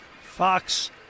Fox